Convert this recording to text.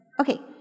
Okay